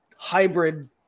Hybrid